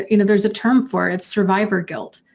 you know there's a term for it, it's survivor guilt.